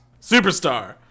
superstar